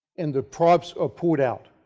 and the props are pulled out.